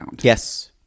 Yes